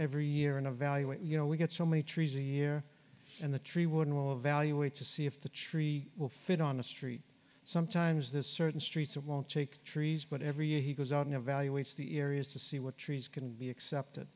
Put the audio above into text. every year and evaluate you know we get so many trees a year and the tree wouldn't will evaluate to see if the tree will fit on the street sometimes there's certain streets or won't take trees but every year he goes out and evaluates the areas to see what trees can be accepted